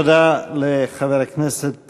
תודה לחבר הכנסת